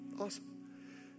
Awesome